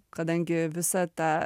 kadangi visa ta